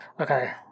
Okay